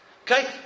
Okay